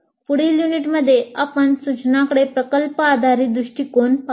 पुढील युनिटमध्ये आपण सूचनांकडे प्रकल्प आधारित दृष्टीकोन पाहू